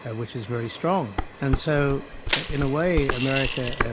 ah which is very strong. and so in a way america,